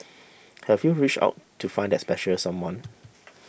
have you reached out to find that special someone